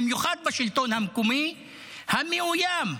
במיוחד בשלטון המקומי המאוים,